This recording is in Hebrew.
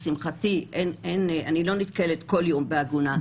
לשמחתי, אני לא נתקלת כל יום בעגונה.